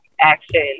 action